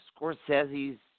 Scorsese's